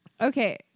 Okay